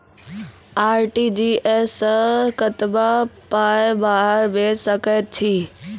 RTGS सअ कतबा पाय बाहर भेज सकैत छी?